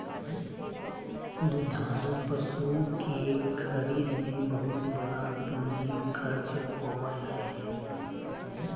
दुधारू पशु के खरीद में बहुत बड़ा पूंजी खर्च होबय हइ